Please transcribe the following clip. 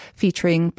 featuring